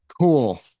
Cool